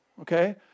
okay